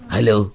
Hello